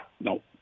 No